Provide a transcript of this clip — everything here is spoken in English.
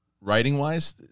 writing-wise